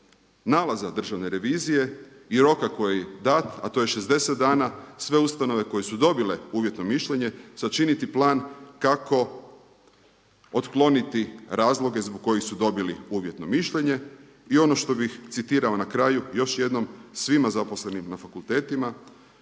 nalaza Državne revizije i roka koji je dat, a to je 60 dana sve ustanove koje su dobile uvjetno mišljenje sačiniti plan kako otkloniti razloge zbog kojih su dobili uvjetno mišljenje. I ono što bih citirao na kraju još jednom svima zaposlenim na fakultetima,